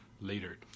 later